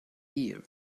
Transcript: year